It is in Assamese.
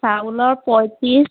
চাউলৰ পঁয়ত্ৰিছ